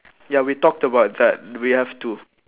ya we talked about that we have two